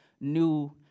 new